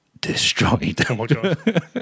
destroyed